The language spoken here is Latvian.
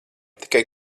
tikai